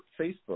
Facebook